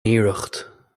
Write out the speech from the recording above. iarracht